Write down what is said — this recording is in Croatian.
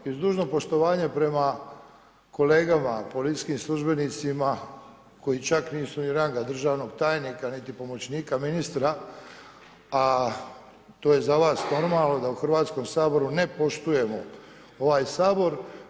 I uz dužno poštovanje prema kolegama, policijskim službenicima koji čak nisu ni ranga državnog tajnika niti pomoćnika ministra a to je za vas normalno da u Hrvatskom saboru ne poštujemo ovaj Sabor.